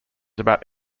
about